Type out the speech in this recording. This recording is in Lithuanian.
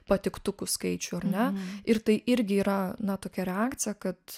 patiktukų skaičių ar ne ir tai irgi yra na tokia reakcija kad